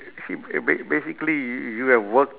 see b~ ba~ basically y~ you have work